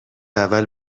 اول